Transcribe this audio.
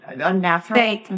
unnatural